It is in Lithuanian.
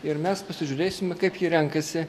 ir mes pasižiūrėsime kaip ji renkasi